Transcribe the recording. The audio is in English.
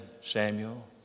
Samuel